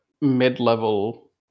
mid-level